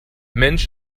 mensch